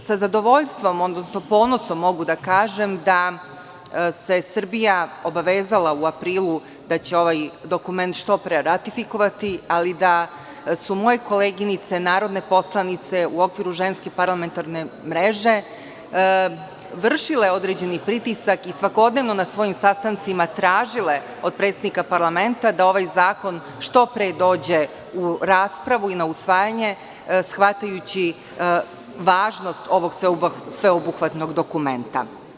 Sa zadovoljstvom, odnosno sa ponosom mogu da kažem se Srbija obavezala u aprilu mesecu da će ovaj dokument što pre ratifikovati, ali da su moje koleginice narodne poslanice u okviru Ženske parlamentarne mreže vršile određeni pritisak i svakodnevno na svojim sastancima tražile od predsednika parlamenta da ovaj zakon što pre dođe u raspravu i na usvajanje, shvatajući važnost ovog sveobuhvatnog dokumenta.